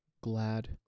Glad